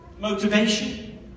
motivation